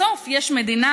בסוף יש מדינה,